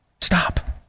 Stop